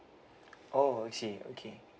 oh I see okay